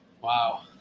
Wow